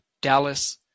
dallas